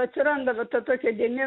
atsiranda va ta tokia dėmė